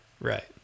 Right